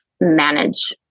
manage